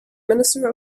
minister